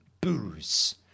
booze